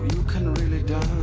can really dance.